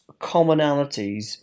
commonalities